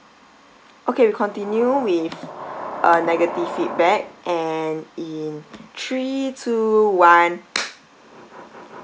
okay we continue with uh negative feedback and in three two one